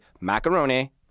macaroni